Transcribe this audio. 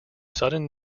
sudden